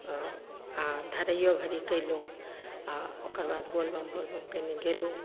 आओर धरैओ घड़ी कएलहुँ आओर ओकर बाद बोलबम बोलबम कएने गेलहुँ